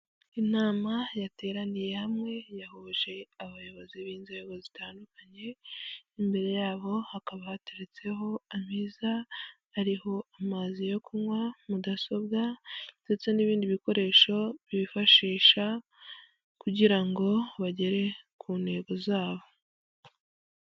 Intama yateraniye hamwe yahuje abayobozi b'inzego zitandukanye, imbere yabo hakaba haturetseho ameza ariho amazi yo kunywa, mudasobwa ndetse n'ibindi bikoresho bifashisha kugira ngo bagere ku ntego zabo.